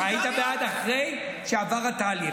אתה היית בעד אחרי שעבר התהליך.